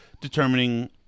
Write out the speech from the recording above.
determining